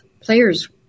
players